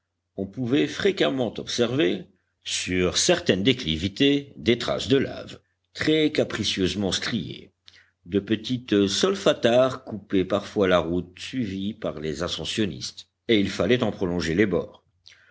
on pouvait fréquemment observer sur certaines déclivités des traces de laves très capricieusement striées de petites solfatares coupaient parfois la route suivie par les ascensionnistes et il fallait en prolonger les bords